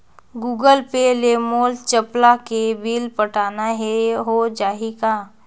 Google Pay ले मोल चपला के बिल पटाना हे, हो जाही का?